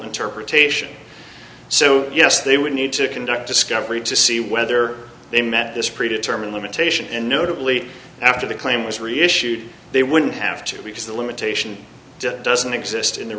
interpretation so yes they would need to conduct discovery to see whether they met this pre determined limitation and notably after the claim was reissued they wouldn't have to because the limitation doesn't exist in the